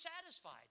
satisfied